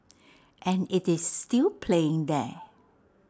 and IT is still playing there